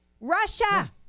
Russia